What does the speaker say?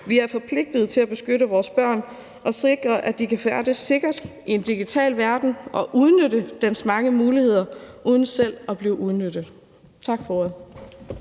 Vi er forpligtet til at beskytte vores børn og sikre, at de kan færdes sikkert i en digital verden og udnytte dens mange muligheder uden selv at blive udnyttet. Tak for ordet.